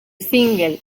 single